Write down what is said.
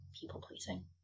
people-pleasing